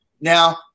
Now